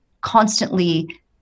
constantly